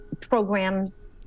programs